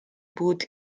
بود